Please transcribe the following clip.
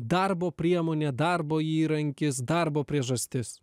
darbo priemonė darbo įrankis darbo priežastis